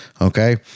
Okay